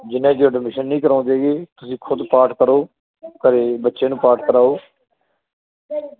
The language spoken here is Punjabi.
ਜਿੰਨੇ ਚਿਰ ਐਡਮਿਸ਼ਨ ਨਹੀਂ ਕਰਾਉਂਦੇ ਗੇ ਤੁਸੀਂ ਖੁਦ ਪਾਠ ਕਰੋ ਘਰੇ ਬੱਚੇ ਨੂੰ ਪਾਠ ਕਰਾਓ